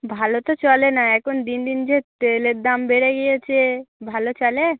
ভালো তো চলে না এখন দিন দিন যে তেলের দাম বেড়ে গিয়েছে ভালো চলে